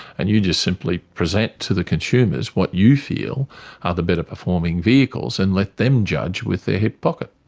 and you just simply present to the consumers what you feel ah the better performing vehicles and let them judge with their ah hip pocket.